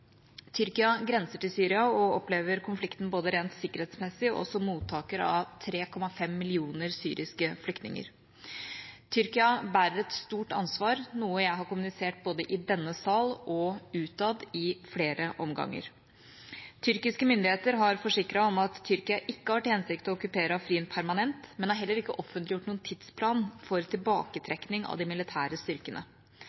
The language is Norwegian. Tyrkia grenser til Syria og opplever konflikten både rent sikkerhetsmessig og som mottaker av 3,5 millioner syriske flyktninger. Tyrkia bærer et stort ansvar, noe jeg har kommunisert både i denne sal og utad i flere omganger. Tyrkiske myndigheter har forsikret om at Tyrkia ikke har til hensikt å okkupere Afrin permanent, men det er heller ikke offentliggjort noen tidsplan for